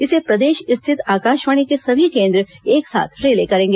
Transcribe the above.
इसे प्रदेश स्थित आकाशवाणी के सभी केंद्र एक साथ रिले करेंगे